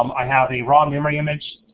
um i have a raw memory image.